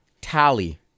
Tally